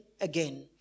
again